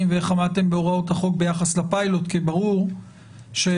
ואיך עמדתם בהוראות החוק ביחס לפיילוט כי ברור שיש